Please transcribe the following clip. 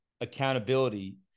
accountability